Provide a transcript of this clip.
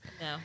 No